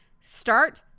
Start